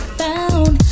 found